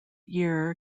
year